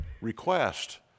request